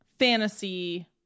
fantasy